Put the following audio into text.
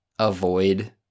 avoid